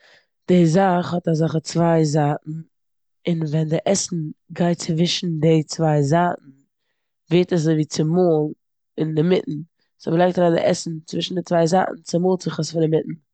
די זאך האט אזעלכע צוויי זייטן און ווען עסן גייט צווישן די צוויי זייטן ווערט עס אזויווי צומאלן אינמיטן. סאו מ'לייגט אריין די עסן צווישן די צווייי זייטן צומאלט זיך עס פון אונטן.